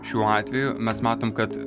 šiuo atveju mes matom kad